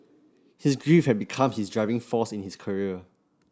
his grief had become his driving force in his career